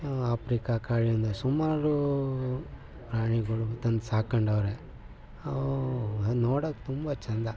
Africa ಕಾಡಿಂದ ಸುಮಾರು ಪ್ರಾಣಿಗಳು ತಂದು ಸಾಕ್ಕೊಂಡವ್ರೆ ಅವು ನೋಡೋಕೆ ತುಂಬ ಚೆಂದ